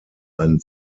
ein